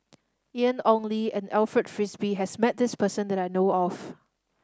Ian Ong Li and Alfred Frisby has met this person that I know of